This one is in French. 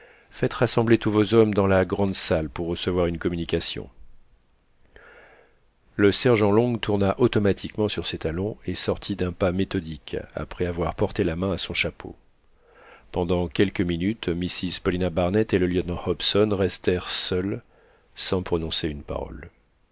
faites rassembler tous vos hommes dans la grande salle pour recevoir une communication le sergent long tourna automatiquement sur ses talons et sortit d'un pas méthodique après avoir porté la main à son chapeau pendant quelques minutes mrs paulina barnett et le lieutenant hobson restèrent seuls sans prononcer une parole